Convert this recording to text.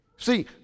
See